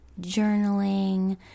journaling